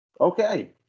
Okay